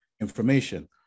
information